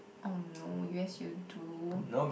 !oh no! yes you do